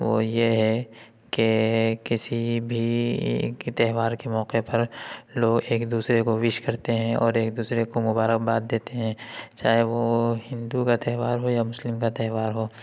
وہ یہ ہے کہ کسی بھی کہ تہوار کے موقع پر لوگ ایک دوسرے کو وش کرتے ہیں اور ایک دوسرے کو مبارک باد دیتے ہیں چاہے وہ ہندو کا تہوار ہو یا مسلم کا تہوار ہو